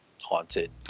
haunted